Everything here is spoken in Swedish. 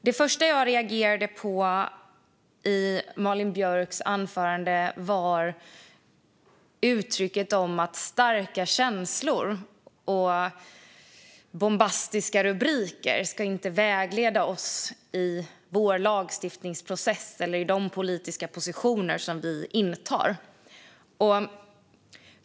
Det första jag reagerade på i Malin Björks anförande var att starka känslor och bombastiska rubriker inte ska vägleda oss i vår lagstiftningsprocess eller i de politiska positioner som vi intar.